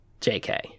JK